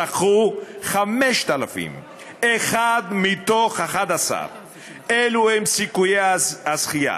זכו 5,000. אחד מתוך 11. אלו הם סיכויי הזכייה.